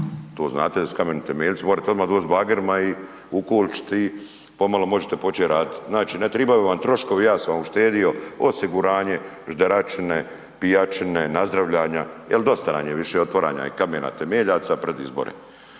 to znate da su kameni temeljci. Morete odmah doći s bagerima ukolčiti i pomalo početi raditi, znači ne tribaju vam troškovi, ja sam uštedio osiguranje, žderačine, pijačine, nazdravljanja jel dosta nam je više otvaranja i kamena temeljaca pred izbore.